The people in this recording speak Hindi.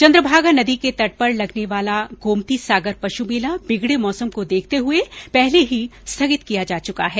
चन्द्रभागा नदी के तट पर लगने वाला गोमती सागर पशु मेला बिगडे मौसम को देखते हुए पहले ही स्थगित किया जा चुका है